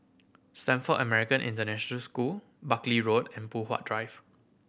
Stamford American International School Buckley Road and Poh Huat Drive